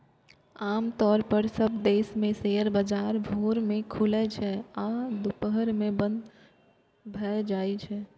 आम तौर पर सब देश मे शेयर बाजार भोर मे खुलै छै आ दुपहर मे बंद भए जाइ छै